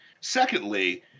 Secondly